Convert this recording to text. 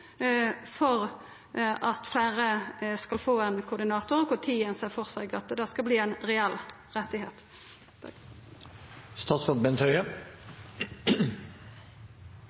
for at fleire skal få ein koordinator, og kva tid ein ser føre seg at det skal verta ein reell